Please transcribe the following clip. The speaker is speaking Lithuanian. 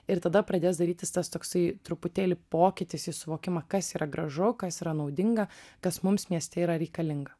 ir tada pradės darytis tas toksai truputėlį pokytis į suvokimą kas yra gražu kas yra naudinga kas mums mieste yra reikalinga